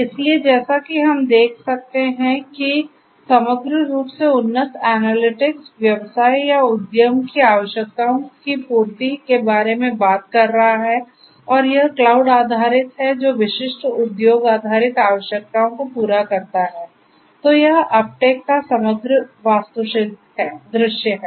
इसलिए जैसा कि हम देख सकते हैं कि समग्र रूप से उन्नत एनालिटिक्स व्यवसाय या उद्यम की आवश्यकताओं की पूर्ति के बारे में बात कर रहा है और यह क्लाउड आधारित है जो विशिष्ट उद्योग आधारित आवश्यकताओं को पूरा करता है तो यह अपटेक का समग्र वास्तुशिल्प दृश्य है